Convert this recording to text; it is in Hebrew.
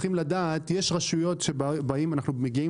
אתם צריכים לדעת שיש רשויות שאנחנו מגיעים